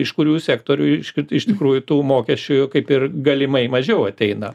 iš kurių sektorių iš iš tikrųjų tų mokesčių kaip ir galimai mažiau ateina